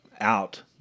out